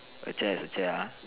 a chair is a chair ah